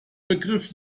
begriff